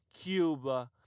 Cuba